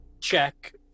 check